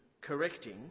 correcting